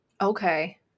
okay